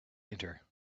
enter